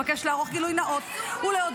אבקש לערוך גילוי נאות ולהודיע,